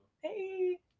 Hey